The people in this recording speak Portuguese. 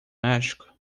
méxico